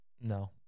No